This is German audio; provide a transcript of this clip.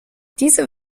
diese